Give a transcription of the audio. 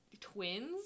twins